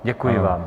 Děkuji vám.